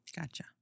Gotcha